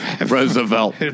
Roosevelt